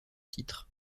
titre